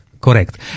Correct